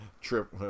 trip